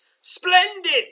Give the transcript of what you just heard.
splendid